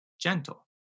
gentle